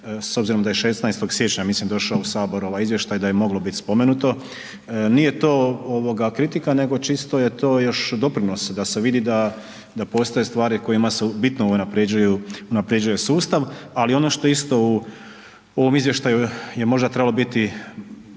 s obzirom da je 16. siječnja, mislim došao u Sabor ovaj izvještaj, da je moglo biti spomenuto. Nije to kritika nego čisto je to još doprinos da se vidi da postoje stvari kojima se bitno unaprjeđuje sustav ali ono što je isto u ovom izvještaju je možda trebalo biti